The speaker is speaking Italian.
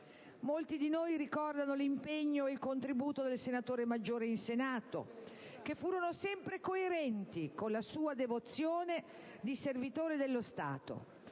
Molti di noi ricordano l'impegno e il contributo del senatore Maggiore in Senato, che furono sempre coerenti con la sua devozione di servitore dello Stato.